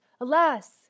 alas